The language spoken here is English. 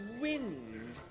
wind